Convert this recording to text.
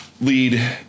lead –